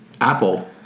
Apple